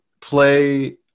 play